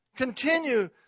continue